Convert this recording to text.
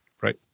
Right